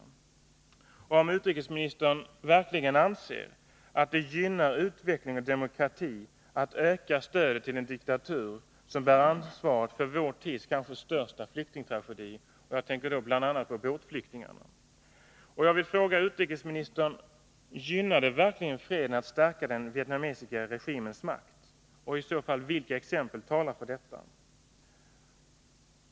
Jag skulle också vilja veta om utrikesministern verkligen anser att det gynnar utvecklingen mot en demokrati att öka stödet till en diktatur som bär ansvaret för vår tids kanske största flyktingtragedi — jag tänker då på bl.a. båtflyktingarna. Gynnar det verkligen freden att stärka den vietnamesiska regimens makt? Vilka exempel talar i så fall för detta?